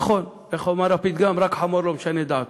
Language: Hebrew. נכון, איך אמר הפתגם, רק חמור לא משנה את דעתו.